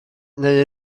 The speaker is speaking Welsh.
neu